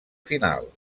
final